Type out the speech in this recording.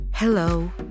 Hello